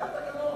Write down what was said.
זה התקנון: